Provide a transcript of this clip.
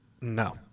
No